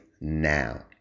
now